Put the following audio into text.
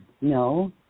No